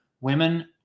women